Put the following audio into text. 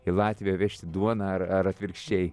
į latviją vežti duoną ar ar atvirkščiai